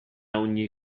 ogni